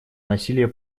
насилие